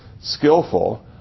Skillful